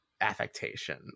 affectation